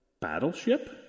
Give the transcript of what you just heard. battleship